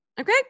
Okay